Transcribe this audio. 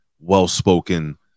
well-spoken